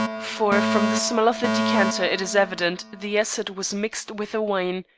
for from the smell of the decanter it is evident the acid was mixed with the wine,